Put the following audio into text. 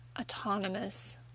autonomous